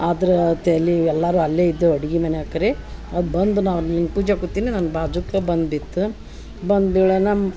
ಆದ್ರಾ ತೆಲಿ ಎಲ್ಲರು ಅಲ್ಲೆ ಇದ್ವು ಅಡ್ಗಿ ಮನೆ ಅಕ್ರೇ ಅದು ಬಂದು ನಾವು ಅಲ್ಲಿ ಪೂಜಗ ಕೂತಿನಿ ನನ್ನ ಬಾಜುಕ ಬನ್ ಬಿತ್ ಬನ್ ಬೀಳೋ ನಮ್ಮ